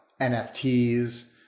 NFTs